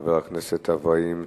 חבר הכנסת אברהים צרצור.